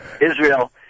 Israel